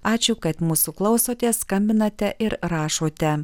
ačiū kad mūsų klausotės skambinate ir rašote